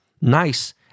nice